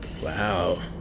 wow